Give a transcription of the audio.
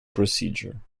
procedure